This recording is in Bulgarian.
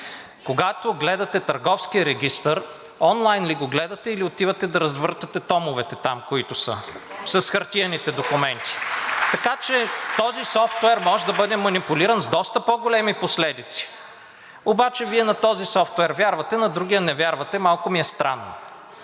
Когато гледате Търговския регистър, онлайн ли го гледате, или отивате да развъртате томовете там, които са, с хартиените документи? (Ръкопляскания от „Продължаваме Промяната“.) Така че този софтуер може да бъде манипулиран с доста по-големи последици, обаче Вие на този софтуер вярвате, на другия не вярвате. Малко ми е странно.